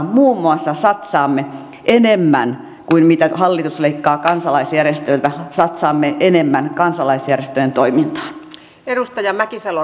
muun muassa satsaamme enemmän kuin mitä hallitus leikkaa kansalaisjärjestöiltä satsaamme enemmän kansalaisjärjestöjen toimintaan